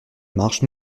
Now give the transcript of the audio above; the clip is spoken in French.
marche